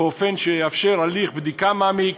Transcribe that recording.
באופן שיאפשר הליך בדיקה מעמיק,